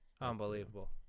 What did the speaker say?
Unbelievable